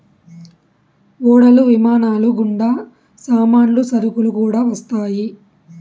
ఓడలు విమానాలు గుండా సామాన్లు సరుకులు కూడా వస్తాయి